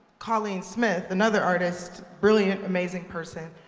colleen smith, another artist brilliant, amazing person